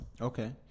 Okay